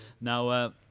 now